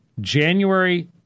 January